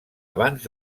abans